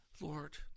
Lord